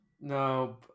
No